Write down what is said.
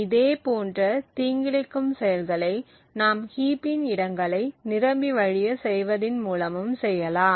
இதே போன்ற தீங்கிழைக்கும் செயல்களை நாம் ஹீப்பின் இடங்களை நிரம்பி வழிய செய்வதின் மூலமும் செய்யலாம்